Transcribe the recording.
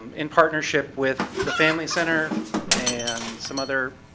in partnership with the family center and some other